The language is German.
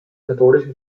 katholischen